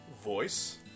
voice